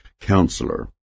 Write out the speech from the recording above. counselor